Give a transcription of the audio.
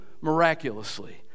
miraculously